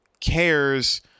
cares